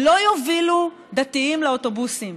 לא יובילו דתיים לאוטובוסים